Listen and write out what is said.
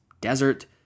desert